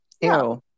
Ew